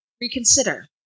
reconsider